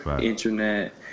internet